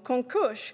i konkurs.